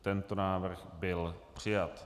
Tento návrh byl přijat.